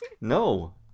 No